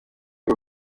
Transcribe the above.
rwo